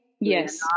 Yes